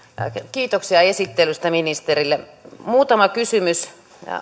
kiitoksia esittelystä ministerille muutama kysymys